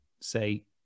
say